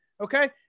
Okay